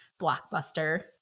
Blockbuster